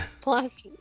Plus